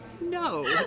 no